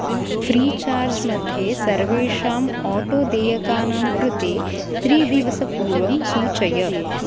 Freecharge मध्ये सर्वेषाम् auto देयकानां कृते त्रिदिवसपूर्वं सूचय